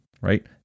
right